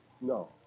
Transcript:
No